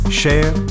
share